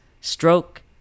stroke